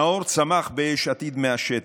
נאור צמח ביש עתיד מהשטח.